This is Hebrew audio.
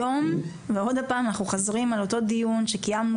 היום ועוד פעם אנחנו חוזרים לאותו דיון שקיימנו